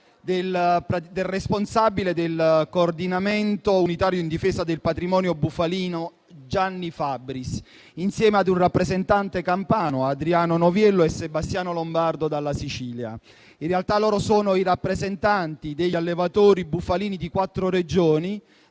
del responsabile del coordinamento unitario in difesa del patrimonio bufalino, Gianni Fabbris, insieme ad un rappresentante campano Adriano Noviello e a Sebastiano Lombardo della Sicilia. In realtà loro sono i rappresentanti degli allevatori bufalini di quattro regioni